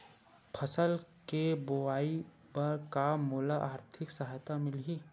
फसल के बोआई बर का मोला आर्थिक सहायता मिलही?